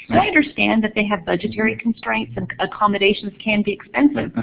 and i understand that they have budgetary constraints and accommodations can be expensive,